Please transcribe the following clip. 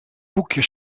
boekje